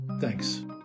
Thanks